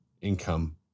income